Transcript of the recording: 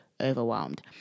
overwhelmed